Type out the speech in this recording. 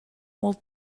molt